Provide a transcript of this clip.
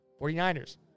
49ers